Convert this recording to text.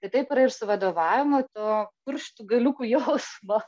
tai taip yra ir su vadovavimu to pirštų galiukų jausmo